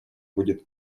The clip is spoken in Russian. будет